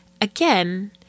again